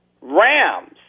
Rams